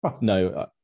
No